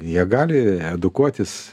jie gali edukuotis